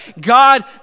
God